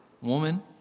woman